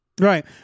right